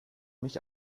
mich